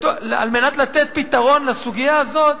על מנת לתת פתרון לסוגיה הזאת